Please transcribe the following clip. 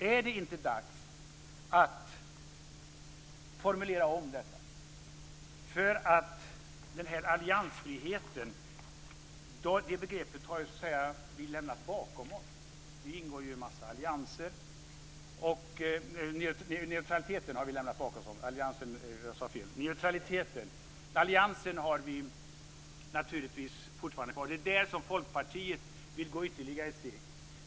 Är det inte dags för en omformulering? Vi har lämnat begreppet neutralitet bakom oss. Sverige ingår ju i en mängd allianser. Folkpartiet vill gå ytterligare ett steg.